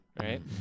right